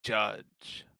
judge